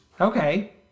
Okay